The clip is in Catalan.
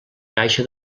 caixa